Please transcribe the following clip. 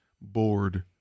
bored